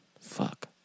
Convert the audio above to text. Fuck